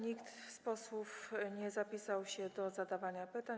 Nikt z posłów nie zapisał się do zadawania pytań.